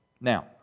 Now